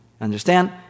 Understand